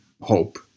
hope